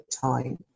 time